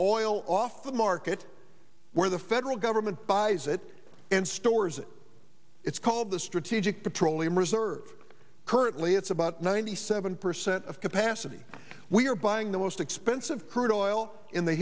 all off the market where the federal government buys it and stores it it's called the strategic petroleum reserve currently it's about ninety seven percent of capacity we are buying the most expensive